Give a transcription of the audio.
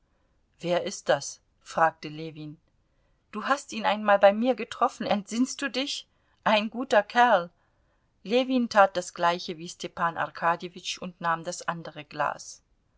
wer ist das fragte ljewin du hast ihn einmal bei mir getroffen entsinnst du dich ein guter kerl ljewin tat das gleiche wie stepan arkadjewitsch und nahm das andere glas